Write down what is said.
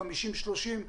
"50 עד 30",